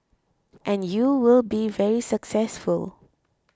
and you will be very successful